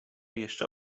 jeszcze